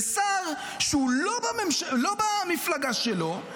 לשר שהוא לא במפלגה שלו,